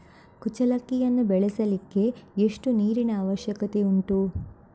ಕುಚ್ಚಲಕ್ಕಿಯನ್ನು ಬೆಳೆಸಲಿಕ್ಕೆ ಎಷ್ಟು ನೀರಿನ ಅವಶ್ಯಕತೆ ಉಂಟು?